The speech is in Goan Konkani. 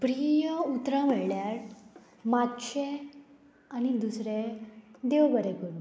प्रीय उतरां म्हणल्यार मातशें आनी दुसरें देव बरें करूं